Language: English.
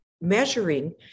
measuring